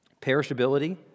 perishability